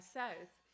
south